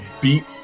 beat